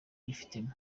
wifitemo